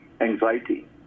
anxiety